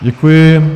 Děkuji.